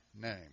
name